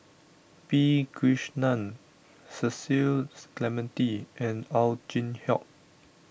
P Krishnan Cecil Clementi and Ow Chin Hock